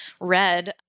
red